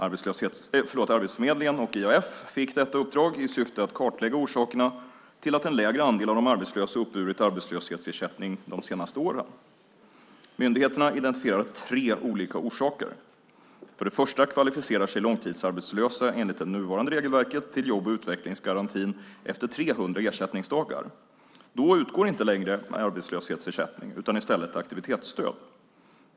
Arbetsförmedlingen och IAF fick detta uppdrag i syfte att kartlägga orsakerna till att en lägre andel av de arbetslösa uppburit arbetslöshetsersättning de senaste åren. Myndigheterna identifierar tre olika orsaker: För det första kvalificerar sig långtidsarbetslösa enligt det nuvarande regelverket till jobb och utvecklingsgarantin efter 300 ersättningsdagar. Då utgår inte längre arbetslöshetsersättning utan i stället aktivitetsstöd.